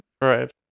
Right